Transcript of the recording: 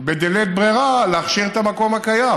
בלית ברירה להכשיר את המקום הקיים,